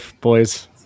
boys